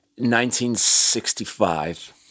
1965